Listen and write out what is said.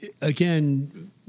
again